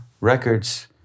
records